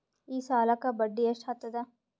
ಈ ಸಾಲಕ್ಕ ಬಡ್ಡಿ ಎಷ್ಟ ಹತ್ತದ?